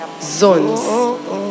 zones